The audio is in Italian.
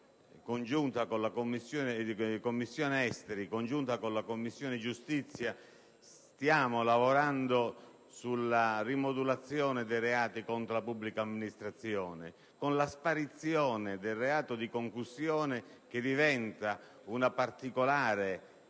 ragionevole. In Commissione esteri, in seduta congiunta con la Commissione giustizia, stiamo già lavorando alla rimodulazione dei reati contro la pubblica amministrazione, con la sparizione del reato di concussione che diventa una particolare